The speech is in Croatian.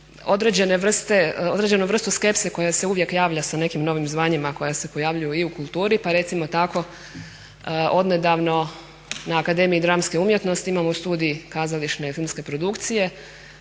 određenu vrstu skepse koja se uvijek javlja sa nekim novim zvanjima koja se pojavljuju i u kulturi. Pa recimo tako odnedavno na Akademiji dramske umjetnosti imamo studij kazališne i filmske produkcije,